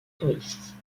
touristes